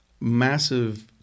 massive